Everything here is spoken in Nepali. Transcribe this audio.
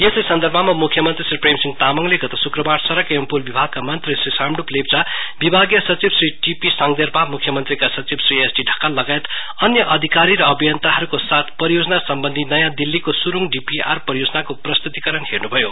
यसै सन्दर्भमा मुख्यमंत्री श्री प्रेम सिंह तामाङले गत शुक्रवार सड़क एंव पुल विभागका मंत्री श्री सामड्प लेप्चा विभागीय सचिव श्री टीपी साङदेर्पा मुख्यमन्त्रीका सचिव श्री एसडी ढकाल लगायत अन्य अधिकारी र अभियान्तहरुको साथ परियोजना सम्बन्धि नयाँ दिल्लीको सुरुङ डीपीर परियोजनाको प्रस्तुतिकरण हेर्नु भयो